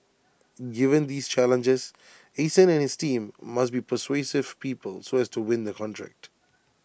given these challenges Eason and his team must be persuasive people so as to win the contract